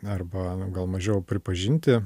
arba nu gal mažiau pripažinti